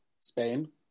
spain